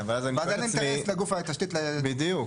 ואז אין אינטרס לגוף התשתית --- בדיוק,